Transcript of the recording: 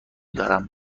دارم